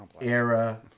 era